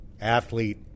athlete